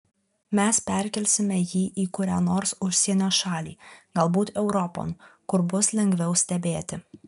mes perkelsime jį į kurią nors užsienio šalį galbūt europon kur bus lengviau stebėti